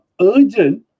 urgent